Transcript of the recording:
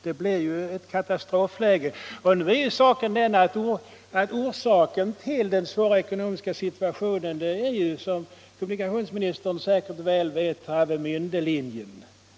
Det blir ju ett katastrofläge! Orsaken till den svåra ekonomiska situationen är ju, som kommunikationsministern säkert väl vet, Travemiändelinjen.